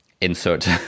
insert